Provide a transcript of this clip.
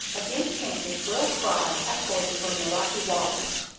again came the shrill cry, echoing from the rocky walls.